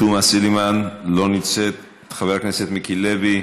תומא סלימאן, לא נמצאת, חבר הכנסת מיקי לוי,